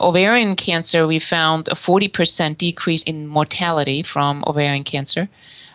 ovarian cancer we found a forty percent decrease in mortality from ovarian cancer